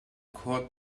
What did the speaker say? court